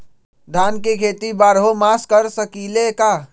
धान के खेती बारहों मास कर सकीले का?